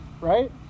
right